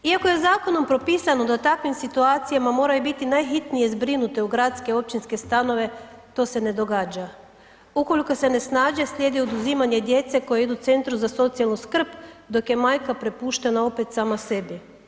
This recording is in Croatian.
Iako je zakonom propisano da u takvim situacijama moraju biti najhitnije zbrinute u gradske i općinske stanove, to se ne događa, ukoliko se ne snađe slijedi oduzimanje djece koji idu centru za socijalnu skrb dok je majka prepuštena opet sama sebi.